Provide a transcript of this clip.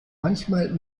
manchmal